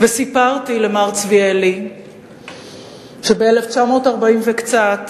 וסיפרתי למר צביאלי שב-1940 וקצת